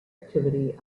activity